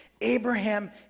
Abraham